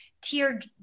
tiered